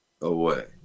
away